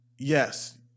Yes